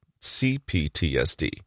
CPTSD